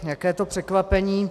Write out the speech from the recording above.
Jaké to překvapení!